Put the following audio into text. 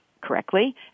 correctly